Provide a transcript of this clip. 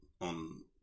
on